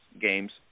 games